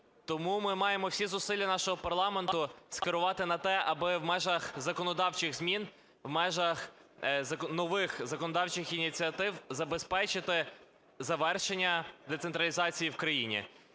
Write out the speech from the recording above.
Тому ми маємо всі зусилля нашого парламенту скерувати на те, аби в межах законодавчих змін, в межах нових законодавчих ініціатив забезпечити завершення децентралізації в країні.